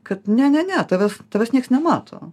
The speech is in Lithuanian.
kad ne ne ne tavęs tavęs nieks nemato